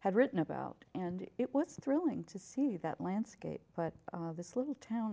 had written about and it was thrilling to see that landscape but this little town